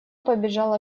побежала